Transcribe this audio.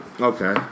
Okay